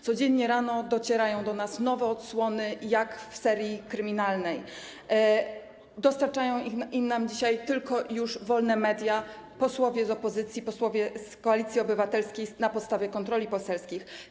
Codziennie rano docierają do nas nowe odsłony, jak w serii kryminalnej, dostarczają nam ich dzisiaj już tylko wolne media, posłowie z opozycji, posłowie z Koalicji Obywatelskiej na podstawie kontroli poselskich.